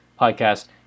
Podcast